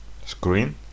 screen